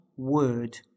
word